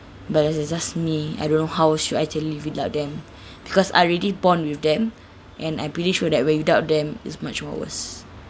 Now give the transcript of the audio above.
but that's just me I don't know how should I actually live without them because I already born with them and I'm pretty sure that when without them is much more worse